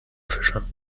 fische